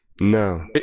No